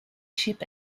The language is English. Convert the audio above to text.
ship